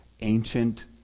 ancient